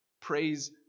Praise